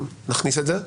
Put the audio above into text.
נכניס את זה.